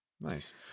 Nice